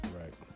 Right